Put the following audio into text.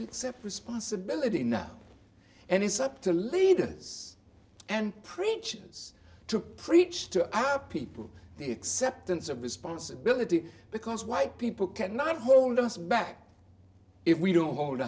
to accept responsibility now and it's up to leaders and preachers took preach to our people the acceptance of responsibility because white people cannot hold us back if we don't hold